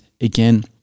again